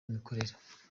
imikorere